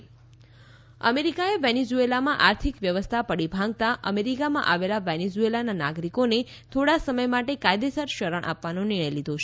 America Venezuela અમેરીકાએ વેનીઝ્રએલામાં આર્થિક વ્યવસ્થા પડી ભાંગતા અમેરીકામાં આવેલા વેનીઝુએલાના નાગરિકોને થોડા સમય માટે કાયદેસર શરણ આપવાનો નિર્ણય લીધો છે